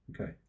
Okay